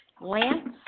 Lance